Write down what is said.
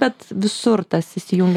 bet visur tas įsijungia